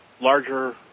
larger